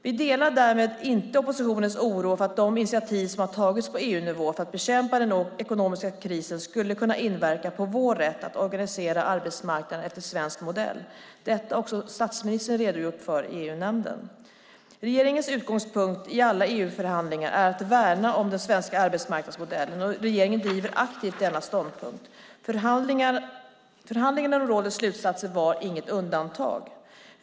Vi delar därmed inte oppositionens oro för att de initiativ som har tagits på EU-nivå för att bekämpa den ekonomiska krisen skulle kunna inverka på vår rätt att organisera arbetsmarknaden efter svensk modell. Detta har också statsministern redogjort för i EU-nämnden. Regeringens utgångspunkt i alla EU-förhandlingar är att värna om den svenska arbetsmarknadsmodellen, och regeringen driver aktivt denna ståndpunkt. Förhandlingarna om rådets slutsatser var inget undantag.